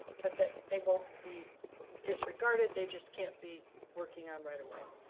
but they they won't be disregarded they just can't be working on right away.